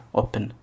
open